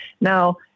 Now